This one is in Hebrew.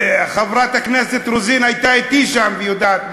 וחברת הכנסת רוזין הייתה אתי שם והיא יודעת מזה.